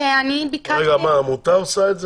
שאני ביקשתי --- רגע, מה, העמותה עושה את זה?